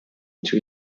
into